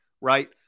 right